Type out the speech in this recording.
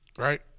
right